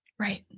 Right